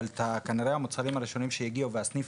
אבל כנראה הדברים הראשונים שיגיעו והסניף